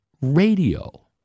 radio